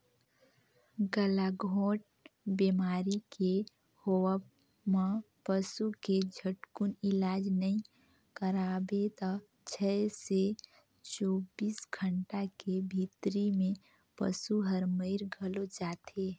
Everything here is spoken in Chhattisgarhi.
गलाघोंट बेमारी के होवब म पसू के झटकुन इलाज नई कराबे त छै से चौबीस घंटा के भीतरी में पसु हर मइर घलो जाथे